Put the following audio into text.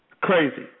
Crazy